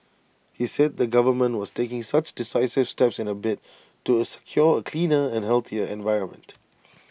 he said the government was taking such decisive steps in A bid to A secure A cleaner and healthier environment